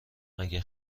مگه